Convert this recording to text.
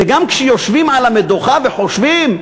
שגם כשיושבים על המדוכה וחושבים,